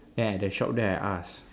then at the shop there I ask